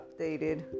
updated